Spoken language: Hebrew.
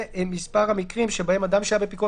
מספר המקרים שבהם אדם שהיה בפיקוח